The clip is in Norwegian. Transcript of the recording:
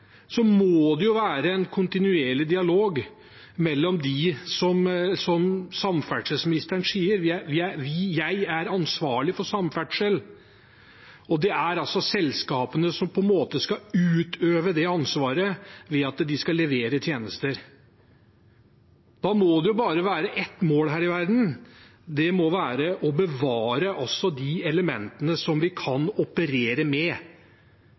være en kontinuerlig dialog. Som samferdselsministeren sa: Han er ansvarlig for samferdselen, og det er selskapene som skal utøve det ansvaret ved at de skal levere tjenester. Da må det bare være ett mål her i verden, og det er å bevare de elementene vi kan operere med.